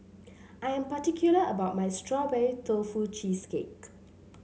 I am particular about my Strawberry Tofu Cheesecake